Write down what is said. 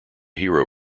hero